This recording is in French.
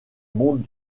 monde